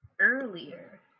earlier